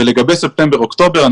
לגבי ספטמבר-אוקטובר,